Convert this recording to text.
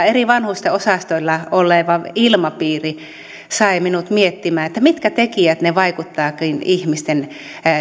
eri vanhusten osastoilla oleva ilmapiiri sai minut miettimään mitkä tekijät vaikuttavatkin ihmisten